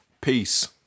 Peace